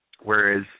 whereas